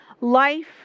life